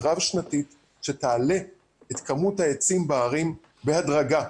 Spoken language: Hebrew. רב-שנתית שתעלה את כמות העצים בערים בהדרגה,